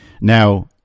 now